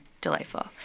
delightful